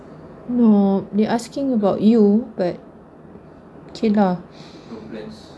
no they asking about you but okay lah